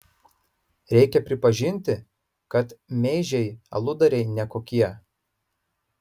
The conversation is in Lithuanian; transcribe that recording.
reikia pripažinti kad meižiai aludariai ne kokie